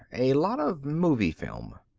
a lot of movie film.